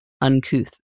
uncouth